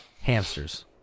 hamsters